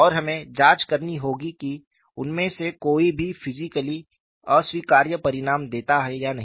और हमें जांच करनी होगी कि उनमें से कोई भी फिजिकली अस्वीकार्य परिणाम देता है या नहीं